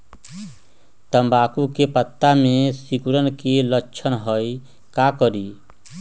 तम्बाकू के पत्ता में सिकुड़न के लक्षण हई का करी?